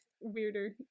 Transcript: weirder